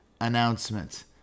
announcement